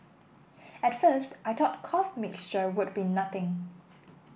at first I thought cough mixture would be nothing